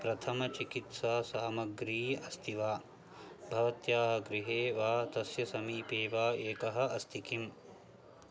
प्रथम चिकित्सा सामग्री अस्ति वा भवत्याः गृहे वा तस्य समीपे वा एकः अस्ति किम्